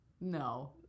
No